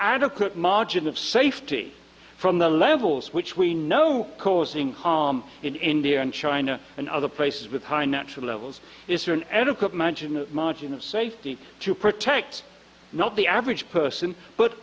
adequate margin of safety from the levels which we know causing harm in india and china and other places with high natural levels is there an etiquette magin the margin of safety to protect not the average person but